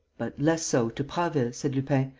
but less so to prasville, said lupin,